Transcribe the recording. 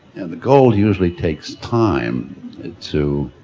and the gold usually takes time to